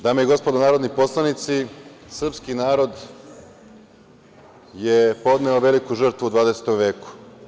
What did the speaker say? Dame i gospodo narodni poslanici, srpski narod je podneo veliku žrtvu u 20. veku.